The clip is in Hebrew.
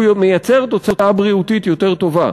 והוא מייצר תוצאה בריאותית יותר טובה.